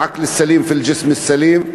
אל-עקל אל-סלים פי אל-ג'סם אל-סלים.